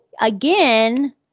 again